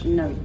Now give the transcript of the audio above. no